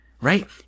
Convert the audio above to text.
right